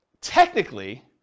technically